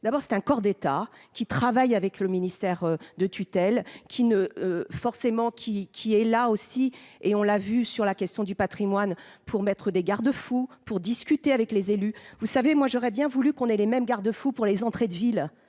d'abord c'est un corps d'état qui travaille avec le ministère de tutelle qui ne forcément qui qui est là aussi et on l'a vu sur la question du Patrimoine pour mettre des garde-fous pour discuter avec les élus, vous savez, moi j'aurais bien voulu qu'on ait les mêmes garde-fou pour les entrées de ville